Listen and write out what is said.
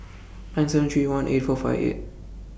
nine seven three one eight four five eight